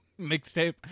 mixtape